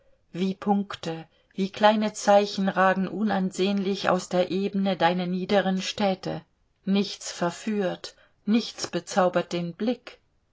wie punkte wie kleine zeichen ragen unansehnlich aus der ebene deine niederen städte nichts verführt nichts bezaubert den blick